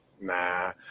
Nah